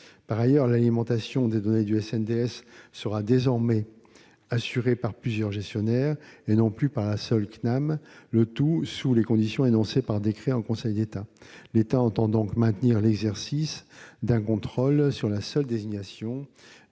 Par ailleurs, l'alimentation des données du SNDS sera désormais assurée par plusieurs gestionnaires, et non plus par la seule CNAM, cela dans les conditions énoncées par décret en Conseil d'État. L'État entend donc maintenir l'exercice d'un contrôle sur la seule désignation